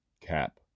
Cap